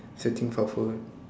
searching for food